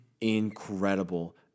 incredible